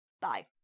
Bye